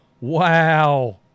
Wow